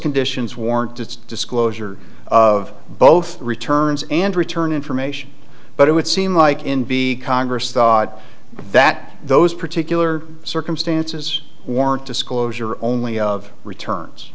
conditions warrant the disclosure of both returns and return information but it would seem like in be congress thought that those particular circumstances warrant disclosure only of returns